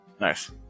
Nice